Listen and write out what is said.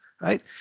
right